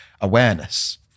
awareness